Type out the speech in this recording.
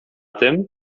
tym